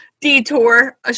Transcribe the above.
detour